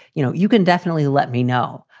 you know, you can definitely let me know.